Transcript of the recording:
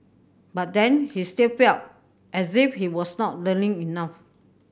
but then he still felt as if he was not learning enough